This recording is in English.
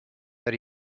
that